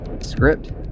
Script